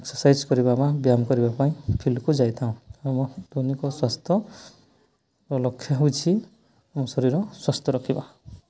exercise କରିବା ବା ବ୍ୟାୟାମ କରିବା ପାଇଁ ଫିଲ୍ଡକୁ ଯାଇଥାଉ ଆମ ଦୈନିକ ସ୍ୱାସ୍ଥ୍ୟ ଲକ୍ଷ୍ୟ ହେଉଛି ଆମ ଶରୀର ସୁସ୍ଥ ରଖିବା